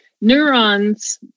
neurons